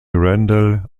randall